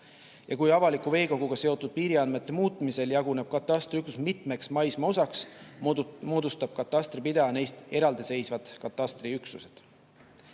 Ja kui avaliku veekoguga seotud piiriandmete muutmisel jaguneb katastriüksus mitmeks maismaa osaks, moodustab katastripidaja neist eraldiseisvad katastriüksused.